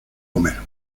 comer